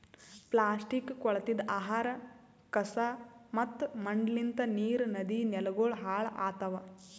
plastic, ಕೊಳತಿದ್ ಆಹಾರ, ಕಸಾ ಮತ್ತ ಮಣ್ಣಲಿಂತ್ ನೀರ್, ನದಿ, ನೆಲಗೊಳ್ ಹಾಳ್ ಆತವ್